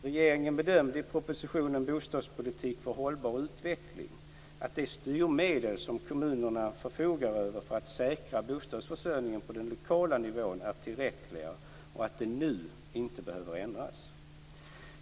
Regeringen bedömde i propositionen Bostadspolitik för hållbar utveckling att de styrmedel som kommunerna förfogar över för att säkra bostadsförsörjningen på den lokala nivån är tillräckliga och att de nu inte behöver ändras.